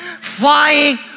flying